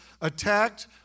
attacked